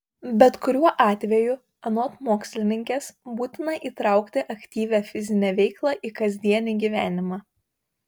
bet kuriuo atveju anot mokslininkės būtina įtraukti aktyvią fizinę veiklą į kasdienį gyvenimą